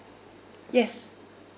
yes